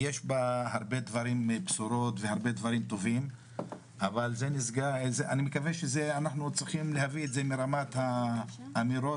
יש בה הרבה בשורות אבל אני מקווה שנצליח להביא את זה מרמת האמירות